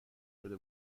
شده